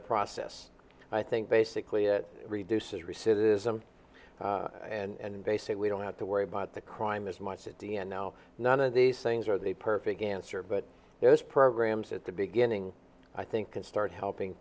the process i think basically it reduces recidivism and they say we don't have to worry about the crime as much at the end now none of these things are the perfect answer but those programs at the beginning i think can start helping